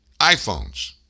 iPhones